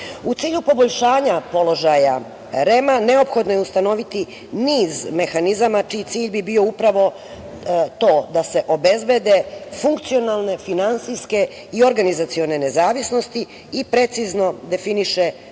cilju poboljšanja položaja REM-a neophodno je ustanoviti niz mehanizama čiji cilj bi bio upravo to da se obezbede funkcionalne, finansijske i organizacione nezavisnosti i precizno definiše